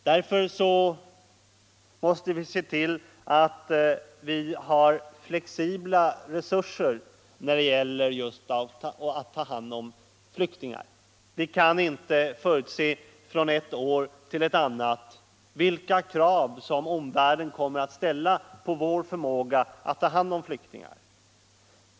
Därför måste vi se till att vi har flexibla resurser för att ta hand om flyktingarna. Vi kan inte från ett år till ett annat förutse vilka krav som omvärlden kommer att ställa på vår förmåga att ta hand om flyktingar.